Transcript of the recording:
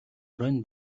оройн